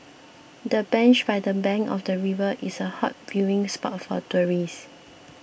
the bench by the bank of the river is a hot viewing spot for tourists